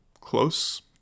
close